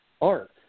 art